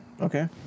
Okay